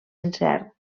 incert